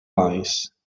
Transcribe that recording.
wise